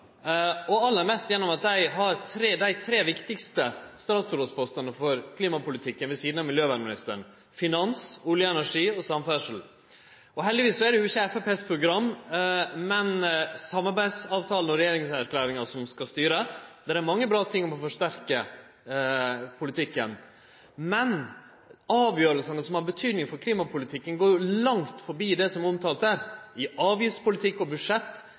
og aller mest ved at dei har dei tre viktigaste statsrådspostane for klimapolitikken ved sidan av miljøvernministeren: finansministeren, olje- og energiministeren og samferdselsministeren. Heldigvis er det ikkje Framstegspartiet sitt program, men samarbeidsavtalen og regjeringserklæringa som skal styre. Der er det mange bra ting om å forsterke politikken. Men avgjerdene som har betyding for klimapolitikken, går langt forbi det som er omtala der: i avgiftspolitikk og budsjett,